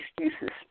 excuses